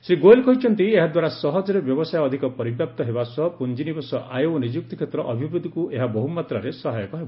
ଶ୍ରୀ ଗୋୟଲ କହିଛନ୍ତି ଏହାଦ୍ୱାରା ସହଜରେ ବ୍ୟବସାୟ ଅଧିକ ପରିବ୍ୟାପ୍ତ ହେବାସହ ପୁଂଜିନିବେଶ ଆୟ ଓ ନିଯୁକ୍ତି କ୍ଷେତ୍ର ଅଭିବୃଦ୍ଧିକୁ ଏହା ବହୁମାତ୍ରାରେ ସହାୟକ ହେବ